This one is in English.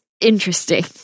interesting